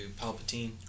Palpatine